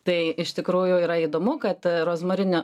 tai iš tikrųjų yra įdomu kad rozmarinio